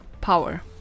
Power